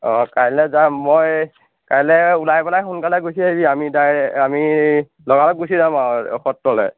অঁ কাইলৈ যাম মই কাইলৈ ওলাই পেলাই সোনকালে গুচি আহিবি আমি আমি লগালগ গুচি যাম আৰু সত্ৰলৈ